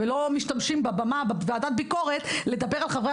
ולא משתמשים בוועדת ביקורת לדבר על חברי